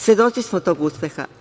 Svedoci smo tog uspeha.